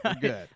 Good